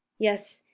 yes,